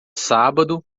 sábado